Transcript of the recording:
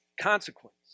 consequence